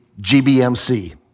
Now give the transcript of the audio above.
GBMC